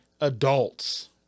adults